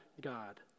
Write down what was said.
God